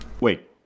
Wait